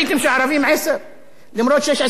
למרות שיש 20% ערבים במדינת ישראל,